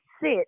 sit